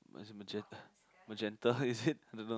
what is magenta magenta is it don't know